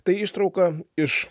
tai ištrauka iš